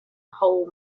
whole